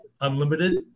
unlimited